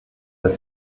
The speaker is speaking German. der